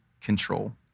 control